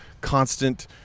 constant